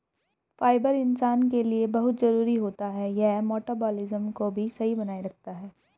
fibre इंसान के लिए बहुत जरूरी होता है यह मटबॉलिज़्म को भी सही बनाए रखता है